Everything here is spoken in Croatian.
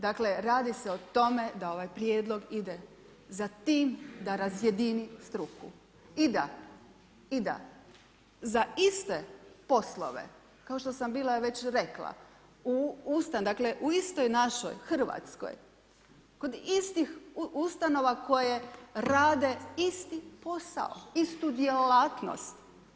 Dakle, radi se o tome da ovaj prijedlog ide za tim da razjedini struku i da za iste poslove, kao što sam bila već rekla,… [[Govornik se ne razumije]] ,dakle, u istoj našoj RH, kod istih ustanova koje rade isti posao, istu djelatnost.